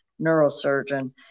neurosurgeon